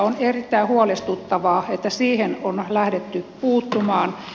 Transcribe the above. on erittäin huolestuttavaa että siihen on lähdetty puuttumaan